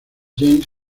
james